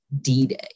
D-Day